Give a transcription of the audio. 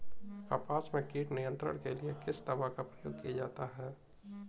कपास में कीट नियंत्रण के लिए किस दवा का प्रयोग किया जाता है?